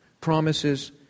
promises